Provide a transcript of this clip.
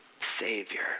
Savior